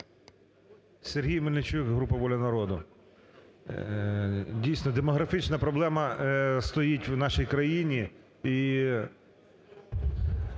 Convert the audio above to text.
Сергій Мельничук, група "Воля народу". Дійсно, демографічна проблема стоїть в нашій країні